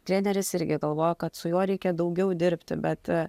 treneris irgi galvoja kad su juo reikia daugiau dirbti bet